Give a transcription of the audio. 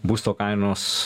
būsto kainos